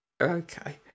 Okay